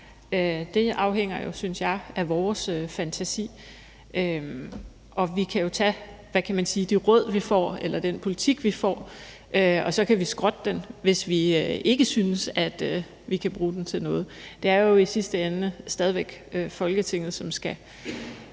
Det afhænger jo, synes jeg, af vores fantasi, og vi kan jo tage, hvad kan man sige, det råd, vi får, eller den politik, vi får, og så kan vi skrotte den, hvis vi ikke synes, vi kan bruge den til noget. Det er jo i sidste ende stadig væk Folketinget, som skal